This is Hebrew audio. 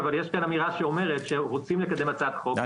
אבל יש כאן אמירה שאומרת שרוצים לקדם הצעת חוק,